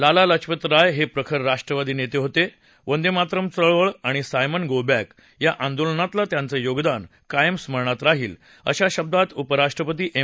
लाला लजपत राय हे प्रखर राष्ट्रवादी होते वंदेमातरम् चळवळ आणि सायमन गो बक्तिया आंदोलनातलं त्यांचं योगदान कायम स्मरणात राहील अशा शब्दात उपराष्ट्रपती एम